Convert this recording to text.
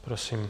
Prosím.